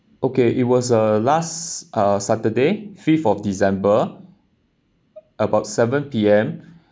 okay it was uh last uh saturday fifth of december about seven P_M